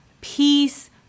peace